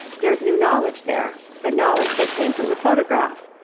there's new knowledge there, the knowledge that came from the photograph.